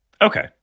Okay